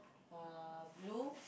uh blue